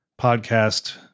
podcast